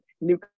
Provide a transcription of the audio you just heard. new